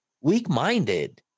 weak-minded